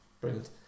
brilliant